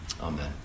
Amen